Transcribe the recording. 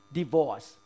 divorce